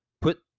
put